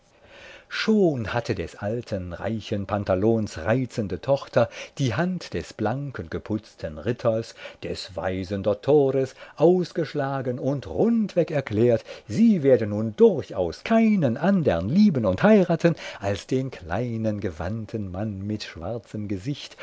schon hatte des alten reichen pantalons reizende tochter die hand des blanken geputzten ritters des weisen dottores ausgeschlagen und rundweg erklärt sie werde nun durchaus keinen andern lieben und heiraten als den kleinen gewandten mann mit schwarzem gesicht